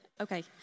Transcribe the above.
Okay